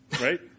Right